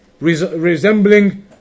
resembling